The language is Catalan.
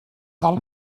del